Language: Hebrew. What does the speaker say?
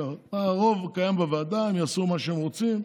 הרוב קיים בוועדה, הם יעשו מה שהם רוצים.